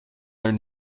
their